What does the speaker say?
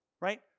right